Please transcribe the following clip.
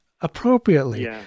appropriately